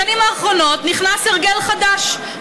בשנים האחרונות נכנס הרגל חדש,